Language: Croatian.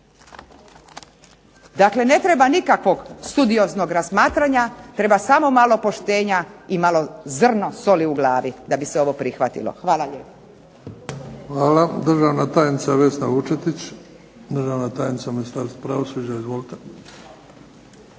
Dakle, ne treba nikakvog studioznog razmatranja. Treba samo malo poštenja i malo zrno soli u glavi da bi se ovo prihvatilo. Hvala lijepo. **Bebić, Luka (HDZ)** Hvala. Državna tajnica Vesna Vučetić, u Ministarstvu pravosuđa. Izvolite.